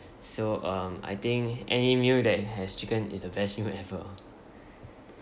so um I think any meal that has chicken is the best meal ever